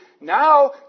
now